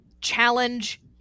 challenge